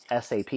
SAP